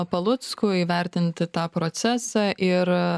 palucku įvertinti tą procesą ir